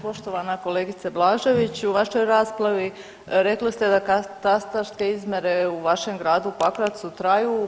Poštovana kolegice Blažević u vašoj raspravi rekli ste da katastarske izmjere u vašem gradu Pakracu traju.